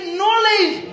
knowledge